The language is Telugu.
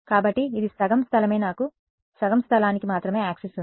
కాబట్టి ఇది సగం స్థలమే నాకు సగం స్థలానికి మాత్రమే యాక్సెస్ ఉంది